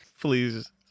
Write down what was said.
please